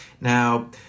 Now